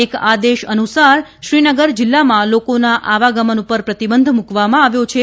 એક આદેશ અનુસાર શ્રીનગર જિલ્લામાં લોકોના આવાગમન પર પ્રતિબંધ મુકવામાં આવ્યો છે